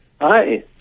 Hi